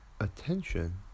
attention